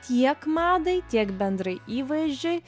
tiek madai tiek bendrai įvaizdžiui